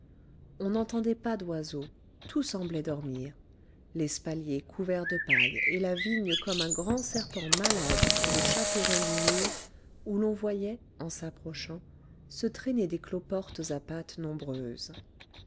on n'entendait pas d'oiseaux tout semblait dormir l'espalier couvert de paille et la vigne comme un grand serpent malade sous le chaperon du mur où l'on voyait en s'approchant se traîner des cloportes à pattes nombreuses